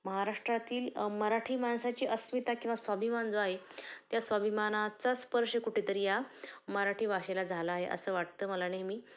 महाराष्ट्रातील मराठी माणसाची अस्मिता किंवा स्वाभिमान जो आहे त्या स्वाभिमानाचा स्पर्श कुठेतरी या मराठी भाषेला झाला आहे असं वाटतं मला नेहमी